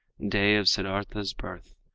day of siddartha's birth,